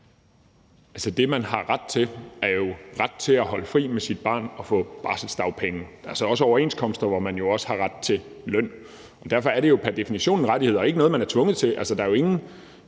(S): Det, man har ret til, er jo at holde fri med sit barn og få barselsdagpenge. Der er også overenskomster, hvor man også har ret til løn. Derfor er det pr. definition en rettighed og ikke noget, man er tvunget til. Der er jo ingen